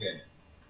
כן.